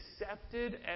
accepted